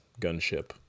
gunship